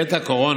בעת הקורונה,